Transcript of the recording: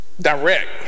direct